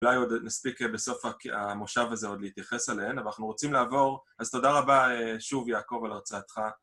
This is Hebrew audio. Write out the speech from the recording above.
אולי עוד נספיק בסוף המושב הזה עוד להתייחס עליהן, אבל אנחנו רוצים לעבור. אז תודה רבה שוב, יעקב, על הרצאתך.